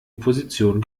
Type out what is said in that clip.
position